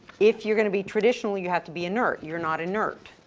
if, you're going to be traditional, you have to be a nerd. you're not a nerd.